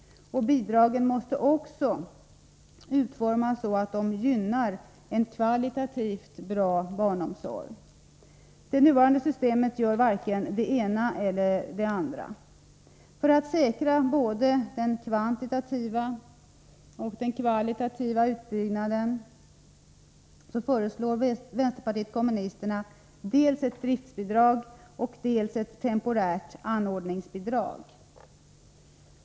Bidragen måste också utformas så att de gynnar en kvalitativt bra barnomsorg. Det nuvarande systemet gör varken det ena eller det andra. För att säkra både den kvantitativa och den kvalitativa utbyggnaden föreslår vänsterpartiet kommunisterna dels ett driftsbidrag, dels ett temporärt anordningsbidrag.